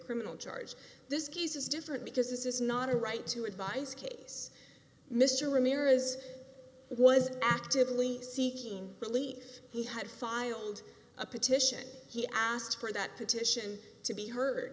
criminal charge this case is different because this is not a right to advise case mr ramirez was actively seeking relief he had filed a petition he asked for that petition to be heard